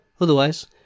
Otherwise